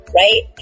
right